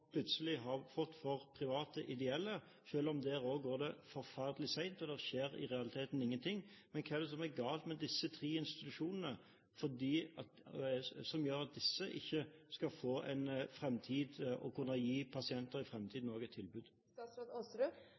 plutselig har fått for private ideelle, selv om det også der går forferdelig sent og det i realiteten ikke skjer noe? Hva er det som er galt med disse tre institusjonene, som gjør at disse ikke skal få en fremtid og kunne gi pasienter også i fremtiden et